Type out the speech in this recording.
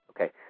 Okay